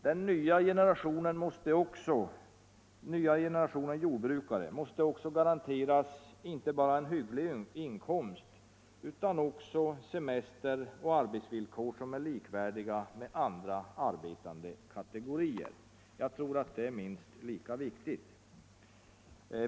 Den nya generationen jordbrukare måste också garanteras inte bara en hygglig inkomst utan också semesteroch arbetsvillkor som är likvärdiga med andra arbetande kategoriers. Det sistnämnda är minst lika viktigt.